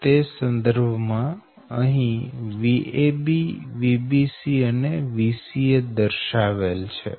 તો તે સંદર્ભ માં અહી Vab Vbc અને Vca દર્શાવેલ છે